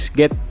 get